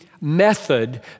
method